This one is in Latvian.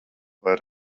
vai